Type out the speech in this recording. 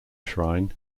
shrine